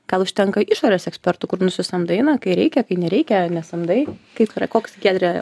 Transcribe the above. gal užtenka išorės ekspertų kur nusisamdai na kai reikia kai nereikia nesamdai kaip koks giedre